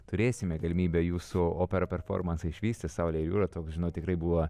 turėsime galimybę jūsų operą performansą išvysti saulė ir jūra toks žinau tikrai buvo